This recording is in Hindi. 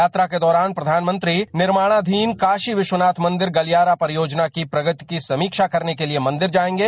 यात्रा के दौरान प्रधानमंत्री निर्माणाधीन काशी विश्वनाथ मंदिर गलियारा परियोजना की प्रगति की समीक्षा करने के मंदिर जाएंगे